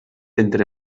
entre